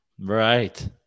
Right